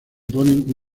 ponen